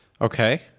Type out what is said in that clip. Okay